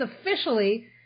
officially